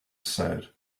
said